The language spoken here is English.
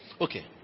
okay